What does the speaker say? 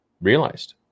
realized